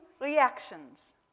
reactions